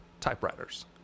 typewriters